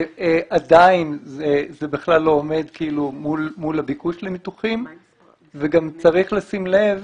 עדיין זה בכל לא עומד מול הביקוש לניתוחים וגם צריך לשים לב